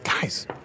guys